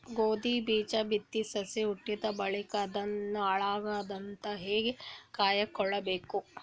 ಗೋಧಿ ಬೀಜ ಬಿತ್ತಿ ಸಸಿ ಹುಟ್ಟಿದ ಬಳಿಕ ಅದನ್ನು ಹಾಳಾಗದಂಗ ಹೇಂಗ ಕಾಯ್ದುಕೊಳಬೇಕು?